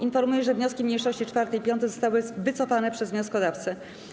Informuję, że wnioski mniejszości 4. i 5. zostały wycofane przez wnioskodawcę.